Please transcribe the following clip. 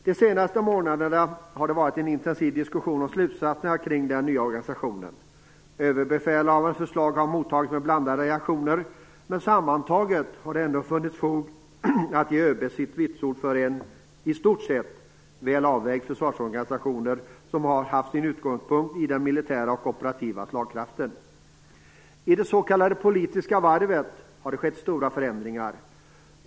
De senaste månaderna har det förts en intensiv diskussion om slutsatserna kring den nya organisationen. Överbefälhavarens förslag har mottagits med blandade reaktioner. Men sammantaget har det ändå funnits fog att ge ÖB vitsord för en i stort sett väl avvägd försvarsorganisation, som har haft sin utgångspunkt i den militära och operativa slagkraften. I det s.k. politiska varvet har det skett stora förändringar.